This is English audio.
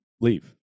leave